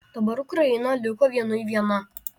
dabar ukraina liko vienui viena